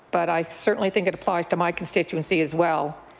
but i certainly think it applies to my constituency as well.